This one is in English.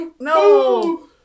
No